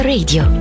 Radio